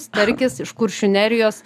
starkis iš kuršių nerijos